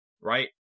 right